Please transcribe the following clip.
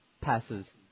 Passes